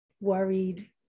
worried